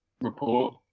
report